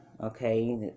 Okay